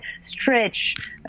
stretch